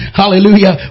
hallelujah